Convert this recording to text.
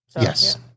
Yes